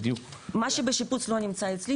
מה שבשיפוץ לא נמצא אצלי,